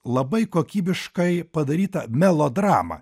labai kokybiškai padarytą melodramą